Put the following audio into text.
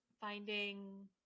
finding